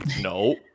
No